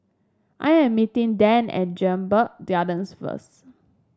I am meeting Dan at Jedburgh first